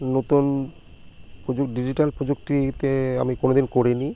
নতুন প্রযুক ডিজিটাল প্রযুক্তিতে আমি কোনো দিন করি নি